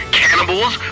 cannibals